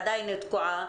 עדיין תקועה.